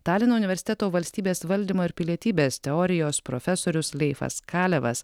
talino universiteto valstybės valdymo ir pilietybės teorijos profesorius leifas kalevas